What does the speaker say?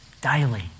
daily